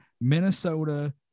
Minnesota